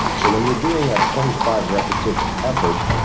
so when you're doing a twenty five repetition effort,